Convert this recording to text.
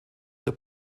der